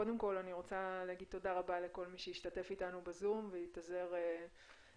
קודם כל אני רוצה להגיד תודה לכל מי שהשתתף איתנו בזום והתאזר בסבלנות